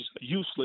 useless